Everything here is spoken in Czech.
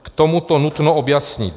K tomuto nutno objasnit: